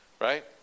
right